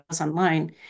online